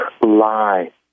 lie